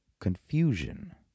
confusion